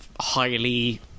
highly